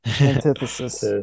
Antithesis